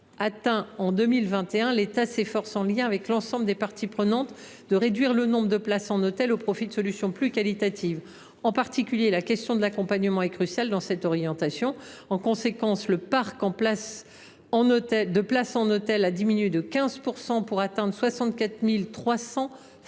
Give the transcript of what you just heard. atteint en 2021, l’État s’efforce, en lien avec l’ensemble des parties prenantes, de réduire le nombre de places à l’hôtel au profit de solutions plus qualitatives. La question de l’accompagnement est cruciale dans cette orientation. En conséquence, le parc de places à l’hôtel a diminué de 15 % pour atteindre 64 300 places,